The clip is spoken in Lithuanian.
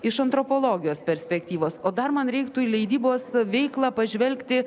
iš antropologijos perspektyvos o dar man reiktų į leidybos veiklą pažvelgti